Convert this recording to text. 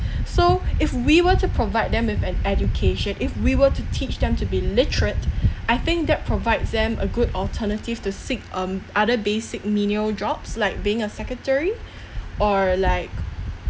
so if we were to provide them with an education if we were to teach them to be literate I think that provides them a good alternative to seek um other basic menial jobs like being a secretary or like